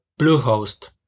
Bluehost